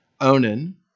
Onan